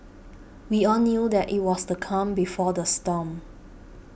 we all knew that it was the calm before the storm